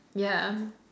yeah